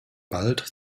bald